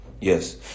Yes